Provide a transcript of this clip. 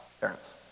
parents